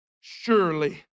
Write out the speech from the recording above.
surely